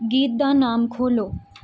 ਗੀਤ ਦਾ ਨਾਮ ਖੋਲ੍ਹੋ